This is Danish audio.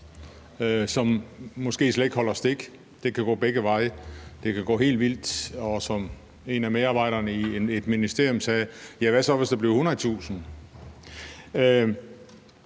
som måske slet ikke holder stik – det kan gå begge veje, det kan gå helt vildt. Og som en af medarbejderne i et ministerium sagde: Hvad så, hvis der bliver 100.000?